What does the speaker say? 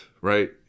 right